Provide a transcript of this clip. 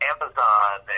Amazon